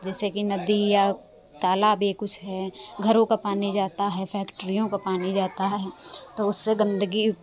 जैसे कि नदी या तालाब ये कुछ हैं घरों का पानी जाता है फक्ट्रियों का पानी जाता है तो उससे गंदगी